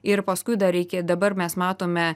ir paskui dar iki dabar mes matome